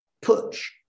push